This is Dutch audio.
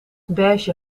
beige